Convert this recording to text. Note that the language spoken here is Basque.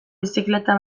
bizikleta